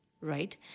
right